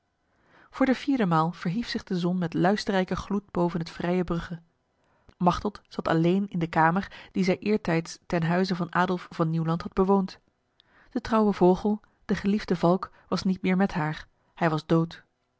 voor de vierde maal verhief zich de zon met luisterrijke gloed boven het vrije brugge machteld zat alleen in de kamer die zij eertijds ten huize van adolf van nieuwland had bewoond de trouwe vogel de geliefde valk was niet meer met haar hij was dood